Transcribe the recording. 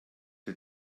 der